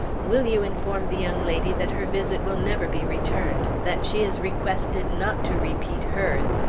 will you inform the young lady that her visit will never be returned, that she is requested not to repeat hers,